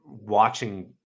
watching